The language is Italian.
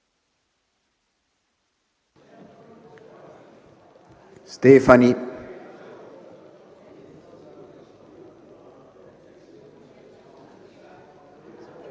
Stefani